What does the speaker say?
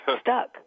stuck